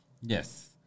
yes